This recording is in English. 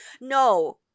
No